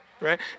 Right